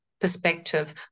perspective